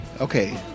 Okay